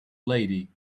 lady